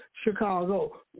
Chicago